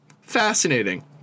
fascinating